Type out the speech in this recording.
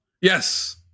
yes